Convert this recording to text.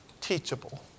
teachable